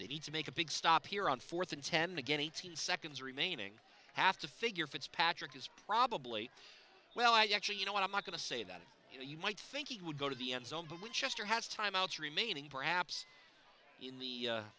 they need to make a big stop here on fourth and ten to get eighteen seconds remaining have to figure fitzpatrick is probably well i actually you know what i'm not going to say that you know you might think he would go to the end zone but which just or has timeouts remaining perhaps in the